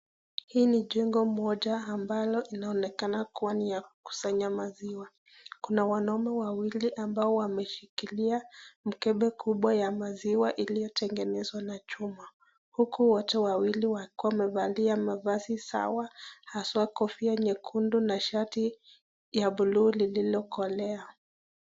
Hii ni jengo moja ambalo linaonekana kuwa ni ya kukusanya maziwa kuna wanaume wawili ambao wameshikilia mkebe kubwa ya maziwa iliyo tengenezwa na chuma. Huku wote wawili wakiwa wamevalia mavazi sawa haswa kofia nyekundu na shati ya bulhttps://nakuru-kenya254.web.app/assets/play-button-321e4809.pnguu lililokolea.